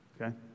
Okay